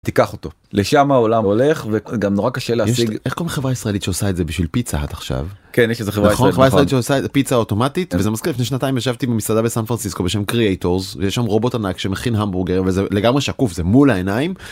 תיקח אותו לשם העולם הולך וגם נורא קשה להשיג את החברה הישראלית שעושה את זה בשביל פיצה עד עכשיו כן יש איזה חברה פיצה אוטומטית וזה מסכים שנתיים ישבתי במסעדה בסן פרסיסקו בשם קרייטורס יש שם רובוט ענק שמכין המבורגר וזה לגמרי שקוף זה מול העיניים.